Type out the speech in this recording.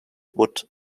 wood